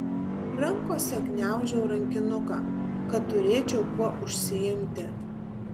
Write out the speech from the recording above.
rankose gniaužau rankinuką kad turėčiau kuo užsiimti